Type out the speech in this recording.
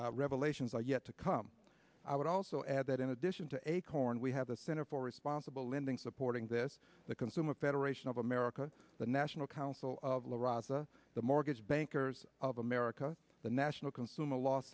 game revelations are yet to come i would also add that in addition to acorn we have the center for responsible lending supporting this the consumer federation of america the national council of la raza the mortgage bankers of america the national consumer l